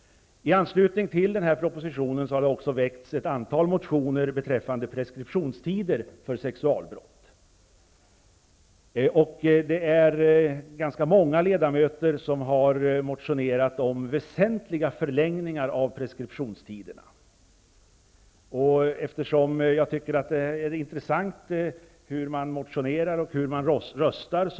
I anslutning till propositionen har det också väckts ett antal motioner angående preskriptionstider när det gäller sexualbrott. Ganska många ledamöter har motionerat om väsentliga förlängningar av preskriptionstiderna. Jag tycker att det intressant att notera hur man motionerar och hur man röstar.